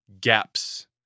gaps